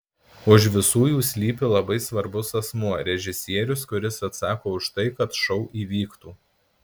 už visų jų slypi labai svarbus asmuo režisierius kuris atsako už tai kad šou įvyktų